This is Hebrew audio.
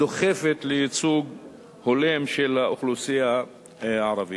הדוחפת לייצוג הולם של האוכלוסייה הערבית.